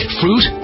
fruit